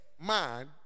man